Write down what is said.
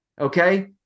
Okay